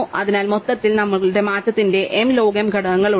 അതിനാൽ മൊത്തത്തിൽ നമുക്ക് മാറ്റത്തിന്റെ m ലോഗ് m ഘട്ടങ്ങളുണ്ട്